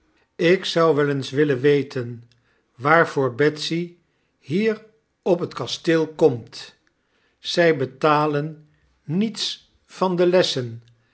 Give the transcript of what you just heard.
ik zou wel eens willen weten waarvoor f betsy hier op het kasteel komt zy betalen fihiets van de lessen